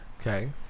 okay